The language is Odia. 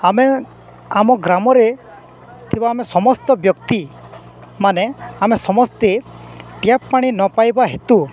ଆମେ ଆମ ଗ୍ରାମରେ ଥିବା ଆମେ ସମସ୍ତ ବ୍ୟକ୍ତି ମାନେ ଆମେ ସମସ୍ତେ ଟ୍ୟାପ୍ ପାଣି ନ ପାଇବା ହେତୁ